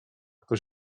kto